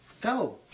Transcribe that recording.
Go